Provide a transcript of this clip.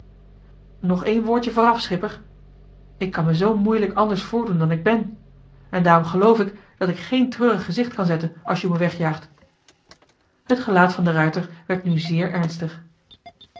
nog één woordje vooraf schipper ik kan me zoo moeilijk anders voordoen dan ik ben en daarom geloof ik dat ik geen treurig gezicht kan zetten als joe me wegjaagt t gelaat van de ruijter werd nu zeer ernstig